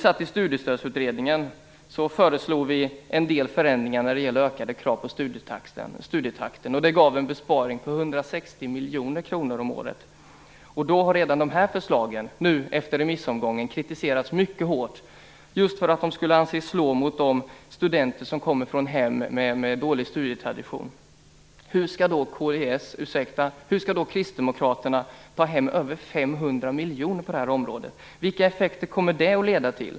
Studiestödsutredningen föreslog en del förändringar när det gäller ökade krav på studietakten, och det gav en besparing på 160 miljoner kronor om året. Redan de förslagen har kritiserats mycket hårt i remissomgången just för att de anses slå mycket hårt mot just de studenter som kommer från hem med dålig studietradition. Hur skall då Kristdemokraterna kunna ta hem över 500 miljoner på det här området? Vilka effekter kommer det att få?